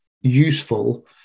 useful